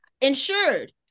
Insured